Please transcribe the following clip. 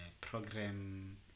program